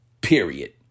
period